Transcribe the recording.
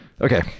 Okay